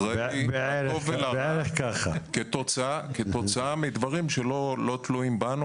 אני אחראי כתוצאה מדברים שלא תלויים בנו,